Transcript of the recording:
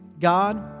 God